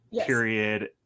period